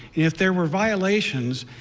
if there were violations,